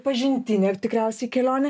pažintinė ir tikriausiai kelionė